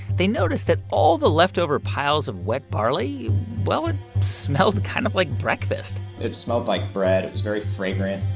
they noticed that all the leftover piles of wet barley well, it smelled kind of like breakfast it smelled like bread. it was very fragrant.